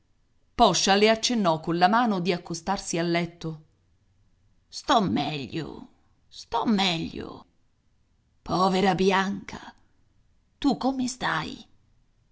poscia le accennò colla mano di accostarsi al letto sto meglio sto meglio povera bianca tu come stai